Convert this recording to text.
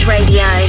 Radio